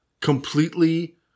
completely